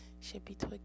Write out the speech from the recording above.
chapitre